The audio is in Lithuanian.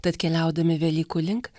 tad keliaudami velykų link